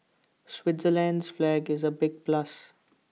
Switzerland's flag is A big plus